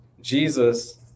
Jesus